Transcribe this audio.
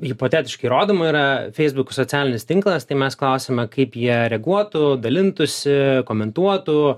hipotetiškai rodoma yra facebook socialinis tinklas tai mes klausiame kaip jie reaguotų dalintųsi komentuotų